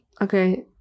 Okay